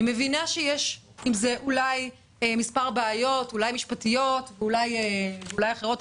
אני מבינה שיש עם זה מספר בעיות משפטיות ואולי אחרות.